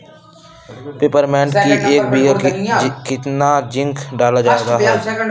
Peppermint की एक बीघा कितना जिंक डाला जाए?